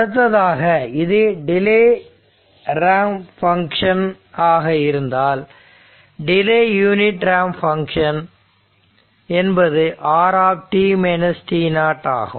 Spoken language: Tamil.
அடுத்ததாக இது டிலே ரேம்ப் பங்க்ஷன் ஆக இருந்தால் டிலே யூனிட் ரேம்ப் பங்க்ஷன் என்பது r ஆகும்